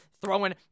throwing